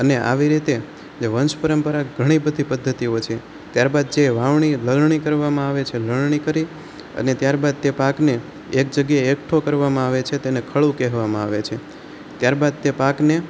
અને આવી રીતે જે વંશ પરંપરા ઘણી બધી પદ્ધતિઓ છે ત્યારબાદ જે વાવણી લણણી કરવામાં આવે છે લણણી કરી અને ત્યારબાદ તે પાકને એક જગ્યાએ એકઠો કરવામાં આવે છે તેને ખડું કહેવામાં આવે છે ત્યારબાદ તે પાકને